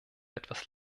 etwas